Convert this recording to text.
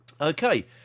Okay